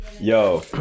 yo